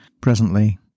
Presently